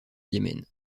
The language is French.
yémen